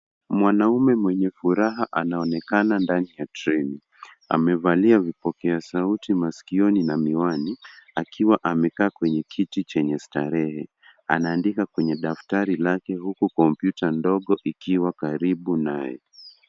Mwanaume mwenye furaha anaonekana ndani ya treni. Amevalia vipokea sauti masikioni na miwani, akiwa amekaa kwenye kiti chenye starehe. Anaandika kwenye daftari lake huku kompyuta ndogo ikiwa karibu naye.